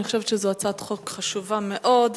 אני חושבת שזו הצעת חוק חשובה מאוד.